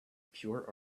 pure